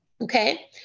Okay